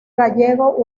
gallego